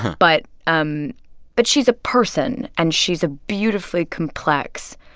but um but she's a person. and she's a beautifully complex,